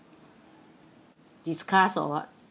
discuss or what